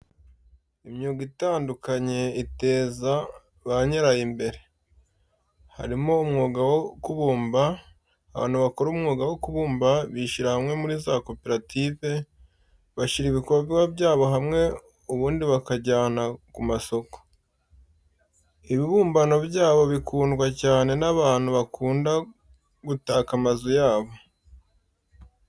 Imyuga itandukanye iteza ba nyirayo imbere, harimo umwuga wo kubumba, abantu bakora umwuga wo kubumba bishyira hamwe muri za koperative, bashyira ibikorwa byabo hamwe ubundi bakabijyana ku masoko. Ibibumbano byabo bikundwa cyane n'abantu bakunda gutaka amazu yabo.